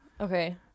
okay